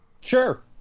Sure